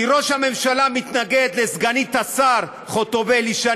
כי ראש הממשלה מתנגד לסגנית השר חוטובלי,